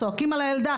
צועקים על הילדה.